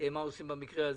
מה עושים במקרה הזה.